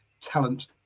talent